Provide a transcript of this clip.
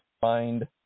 find